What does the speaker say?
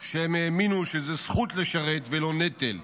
שהם האמינו שזו זכות לשרת ולא נטל.